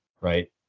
right